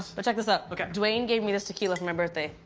but check this out. ok. dwayne gave me this tequila for my birthday.